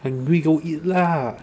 hungry go eat lah